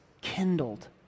kindled